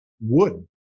wood